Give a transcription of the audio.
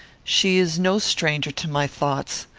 she is no stranger to my thoughts.